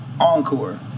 Encore